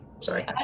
Sorry